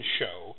show